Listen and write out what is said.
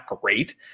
great